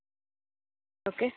okay